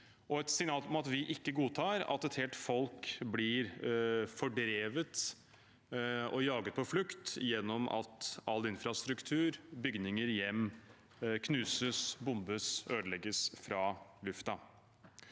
sender et signal om at vi ikke godtar at et helt folk blir fordrevet og jaget på flukt gjennom at all infrastruktur, bygninger og hjem knuses, bombes og ødelegges fra luften.